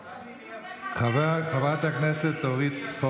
אני מחזיקה את הבית שלי,